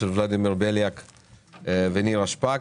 של חברי הכנסת ולדימיר בליאק ונירה שפק.